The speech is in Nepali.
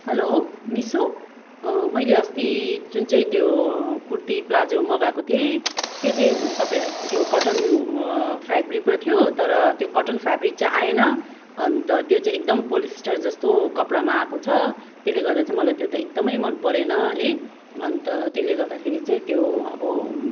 हेलो मिसो मैले अस्ति जुन चाहिँ त्यो कुर्ती प्लाजो मगाएको थिएँ त्यो चाहिँ तपाईँहरू त्यो कटन फेबरिकमा थियो तर त्यो कटन फेबरिक चाहिँ आएन अन्त त्यो चाहिँ एकदम पोलिस्टर जस्तो कपडामा आएको छ त्यसले गर्दा चाहिँ मलाई त्यो त एकदमै मन परेन है अन्त त्यसले गर्दाखेरि चाहिँ त्यो अब